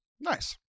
Nice